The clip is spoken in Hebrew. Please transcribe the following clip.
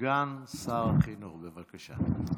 סגן שרת החינוך, בבקשה.